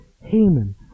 Haman